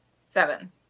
Seven